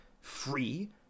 free